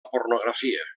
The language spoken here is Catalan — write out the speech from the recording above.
pornografia